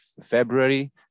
February